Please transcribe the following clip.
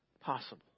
possible